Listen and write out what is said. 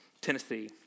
Tennessee